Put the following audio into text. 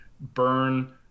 burn